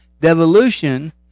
devolution